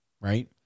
right